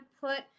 put